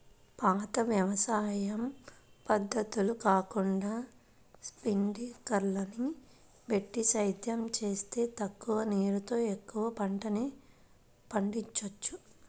పాత వ్యవసాయ పద్ధతులు కాకుండా స్పింకర్లని బెట్టి సేద్యం జేత్తే తక్కువ నీరుతో ఎక్కువ పంటని పండిచ్చొచ్చు